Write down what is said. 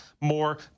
more